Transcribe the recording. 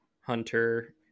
hunter